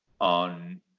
on